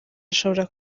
ashobora